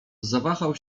zawahał